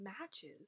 matches